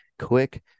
quick